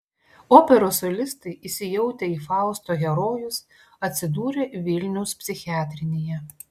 operos solistai įsijautę į fausto herojus atsidūrė vilniaus psichiatrinėje